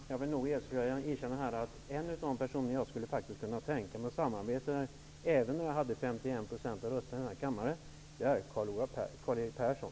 Herr talman! Jag kan erkänna att en av de personer som jag kan tänka mig att samarbeta med, även om jag har 51 % av rösterna i kammaren, är Karl-Erik